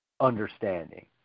understanding